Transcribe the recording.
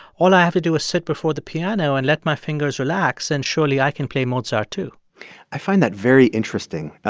all i have to do is sit before the piano and let my fingers relax, and surely, i can play mozart, too i find that very interesting,